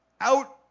out